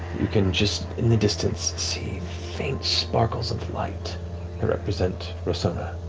you can just, in the distance, see faint sparkles of light that represent rosohna,